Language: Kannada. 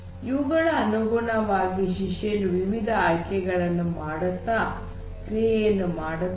ಇವುಗಳ ಅನುಗುಣವಾಗಿ ಶಿಷ್ಯನು ವಿವಿಧ ಆಯ್ಕೆಗಳನ್ನು ಮಾಡುತ್ತಾ ಕ್ರಿಯೆಯನ್ನು ಮಾಡುತ್ತಾನೆ